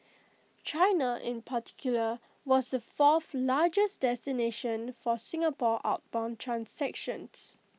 China in particular was the fourth largest destination for Singapore outbound transactions